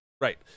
Right